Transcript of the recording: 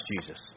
Jesus